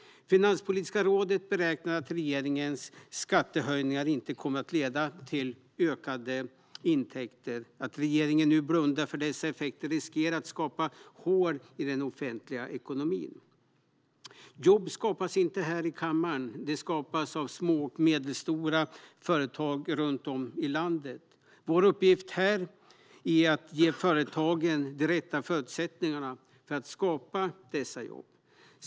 Finanspolitiska rådet beräknar att regeringens skattehöjningar inte kommer att leda till ökade intäkter. Att regeringen nu blundar för dessa effekter riskerar att skapa hål i den offentliga ekonomin. Jobb skapas inte här i kammaren. De skapas av små och medelstora företag runt om i landet. Vår uppgift här är att ge företagen de rätta förutsättningarna för att skapa dessa jobb.